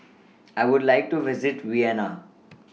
I Would like to visit Vienna